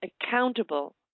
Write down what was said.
accountable